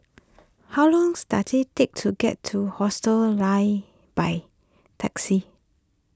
how longs does it take to get to Hostel Lah by taxi